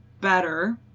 better